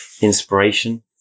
inspiration